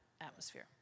atmosphere